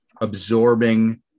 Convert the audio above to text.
absorbing